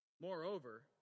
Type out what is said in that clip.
moreover